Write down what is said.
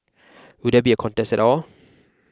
will there be a contest at all